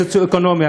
הסוציו-אקונומי,